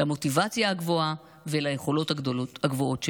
למוטיבציה הגבוהה וליכולות הגבוהות שלו.